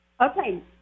Okay